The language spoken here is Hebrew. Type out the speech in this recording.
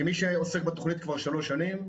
כמי שעוסק בתוכנית כבר שלוש שנים,